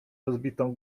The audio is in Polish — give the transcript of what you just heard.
rozbitą